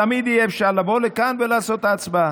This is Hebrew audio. תמיד יהיה אפשר לבוא לכאן ולעשות את ההצבעה.